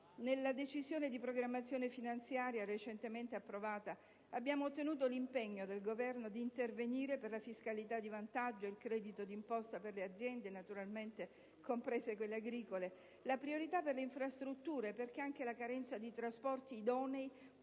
Nella Decisione di finanza pubblica recentemente approvata abbiamo ottenuto l'impegno del Governo ad intervenire per la fiscalità di vantaggio, il credito di imposta per le aziende (naturalmente, comprese quelle agricole), la priorità per le infrastrutture (perché anche la carenza di trasporti idonei